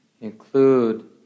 include